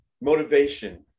motivation